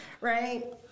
right